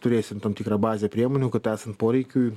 turėsim tam tikrą bazę priemonių kad esant poreikiui